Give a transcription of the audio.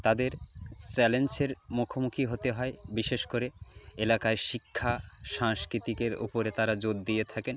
তাদের চ্যালেন্সের মুখোমুখি হতে হয় বিশেষ করে এলাকায় শিক্ষা সাংস্কৃতিকের উপরে তারা জোর দিয়ে থাকেন